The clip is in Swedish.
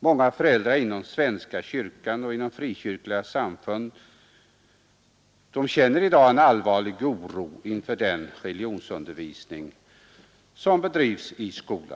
Många föräldrar inom svenska kyrkan och inom frikyrkliga samfund känner i dag en allvarlig oro inför den religionsundervisning som bedrivs i våra skolor.